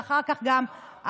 ואחר כך גם הלאה.